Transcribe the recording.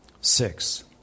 Six